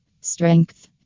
Strength